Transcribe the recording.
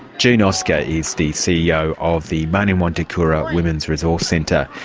june oscar is the ceo of the marninwarntikura women's resource centre.